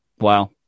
Wow